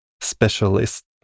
specialist